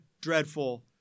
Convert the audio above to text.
dreadful